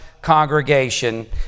congregation